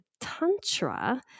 tantra